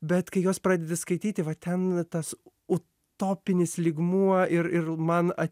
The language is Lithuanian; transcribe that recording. bet kai juos pradedi skaityti va ten tas utopinis lygmuo ir ir man